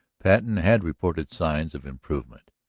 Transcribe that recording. patten had reported signs of improvement.